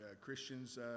Christians